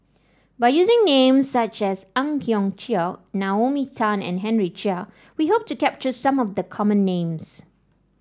by using names such as Ang Hiong Chiok Naomi Tan and Henry Chia we hope to capture some of the common names